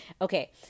Okay